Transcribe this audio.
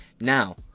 Now